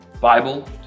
Bible